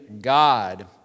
God